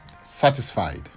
satisfied